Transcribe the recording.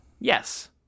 Yes